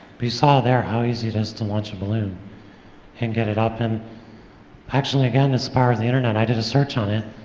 you saw there how easy it is to launch a balloon and get it up, and actually again, it's the power of the internet, i did a search on it,